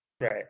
Right